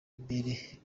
imbere